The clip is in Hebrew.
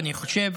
ואני חושב